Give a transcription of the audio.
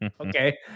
okay